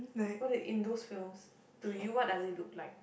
what are in those films to you what does it look like